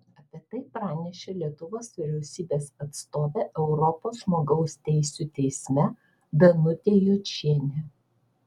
apie tai pranešė lietuvos vyriausybės atstovė europos žmogaus teisių teisme danutė jočienė